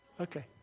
Okay